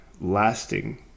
lasting